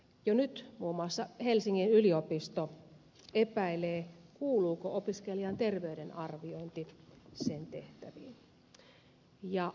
jo nyt muun muassa helsingin yliopisto epäilee kuuluuko opiskelijan terveyden arviointi sen tehtäviin